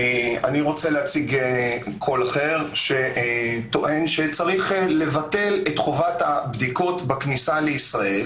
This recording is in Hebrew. אני רוצה להציג קול אחר שטוען שצריך לבטל את חובת הבדיקות בכניסה לישראל